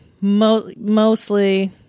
mostly